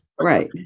Right